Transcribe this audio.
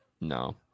No